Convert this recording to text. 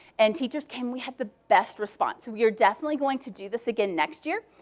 and teachers came. we had the best response. we are definitely going to do this again next year.